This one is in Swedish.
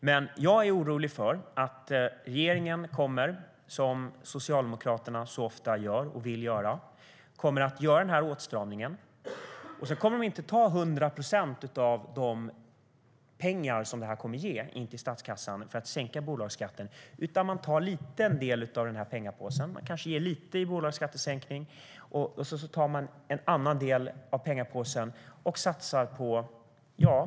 Men jag är orolig för att regeringen, som Socialdemokraterna ofta gör och vill göra, kommer att göra denna åtstramning men sedan inte kommer att ta 100 procent av de pengar som detta kommer att ge till statskassan för att sänka bolagsskatten. I stället kommer man kanske att ta en liten del av denna pengapåse och ge lite i bolagsskattesänkning. Sedan tar man en annan del av pengapåsen för att satsa på någonting annat.